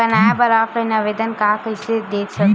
बनाये बर ऑफलाइन आवेदन का कइसे दे थे?